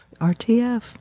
RTF